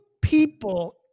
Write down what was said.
people